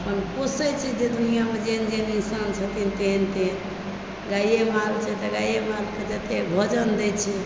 अपन पोषैत छै जे दुनिआँमे जेहन जेहन इंसान छथिन तेहन तेहन गाए माल छै तऽ गाए मालकेँ जतेक भोजन दैत छै